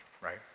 right